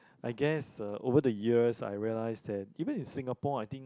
I guess uh over the years I realise that even in Singapore I think